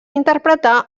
interpretar